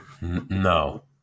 No